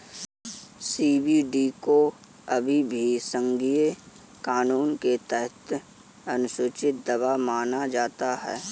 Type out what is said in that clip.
CBD को अभी भी संघीय कानून के तहत अनुसूची दवा माना जाता है